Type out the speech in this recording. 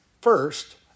first